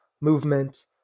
movement